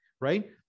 right